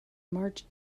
march